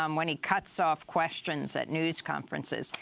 um when he cuts off questions at news conferences,